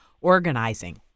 organizing